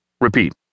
Repeat